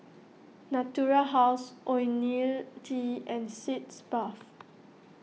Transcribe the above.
Natura House Ionil T and Sitz Bath